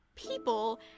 people